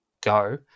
go